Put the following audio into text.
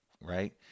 Right